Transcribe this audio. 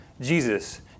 Jesus